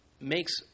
makes